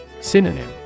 Synonym